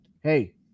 hey